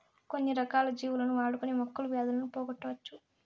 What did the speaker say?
కొన్ని రకాల జీవులను వాడుకొని మొక్కలు వ్యాధులను పోగొట్టవచ్చు